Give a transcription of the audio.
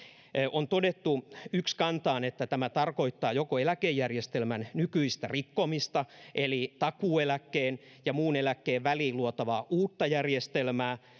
on todettu ykskantaan että tämä tarkoittaa joko nykyisen eläkejärjestelmän rikkomista eli takuueläkkeen ja muun eläkkeen väliin luotavaa uutta järjestelmää